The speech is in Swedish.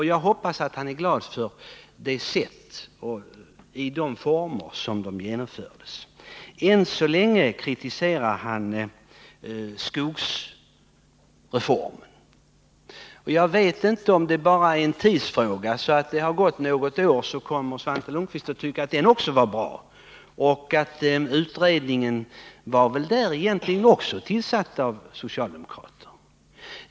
Jag hoppas att han också är glad för de nya riktlinjer som därigenom blev vägledande. Än så länge kritiserar han skogsreformen. Jag vet inte om det bara är en tidsfråga — när det gått något år kommer kanske Svante Lundkvist att tycka att den också var bra. Den utredning som ledde fram till den reformen var väl egentlige. också tillsatt av socialdemokraterna.